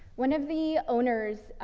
one of the owners, ah,